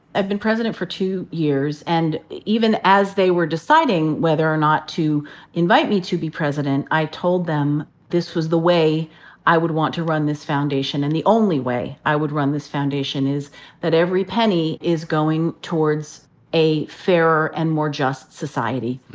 i've been president for two years, and even as they were deciding whether or not to invite me to be president, i told them this was the way i would want to run this foundation. and the only way i would run this foundation is that every penny is going towards a fairer and more just society,